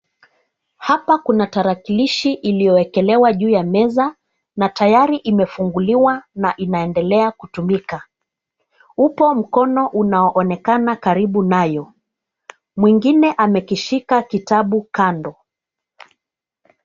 Hapa kuna tarakilishi iliyowekelewa juu ya meza na tayari imefunguliwa na inaendelea kutumika. Upo mkono unaoonekana karibu nayo. Mwingine amekishika kitabu kando.